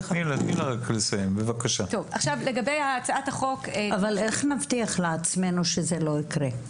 אבל איך נבטיח לעצמנו שזה לא יקרה?